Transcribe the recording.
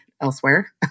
elsewhere